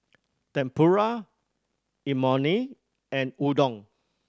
Tempura Imoni and Udon